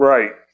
Right